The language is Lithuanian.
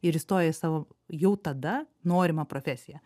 ir įstoja į savo jau tada norimą profesiją